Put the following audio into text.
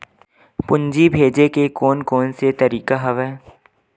पूंजी भेजे के कोन कोन से तरीका हवय?